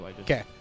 Okay